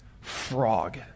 Frog